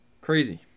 Crazy